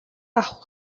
авах